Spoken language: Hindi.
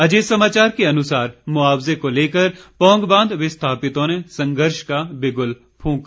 अजीत समाचार के अनुसार मुआवजे को लेकर पौंग बांध विस्थापितों ने संघर्ष का विगुल फूंका